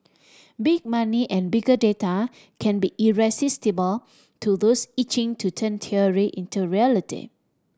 big money and bigger data can be irresistible to those itching to turn theory into reality